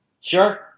Sure